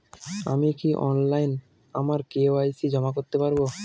আমি কি অনলাইন আমার কে.ওয়াই.সি জমা করতে পারব?